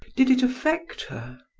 did it affect her?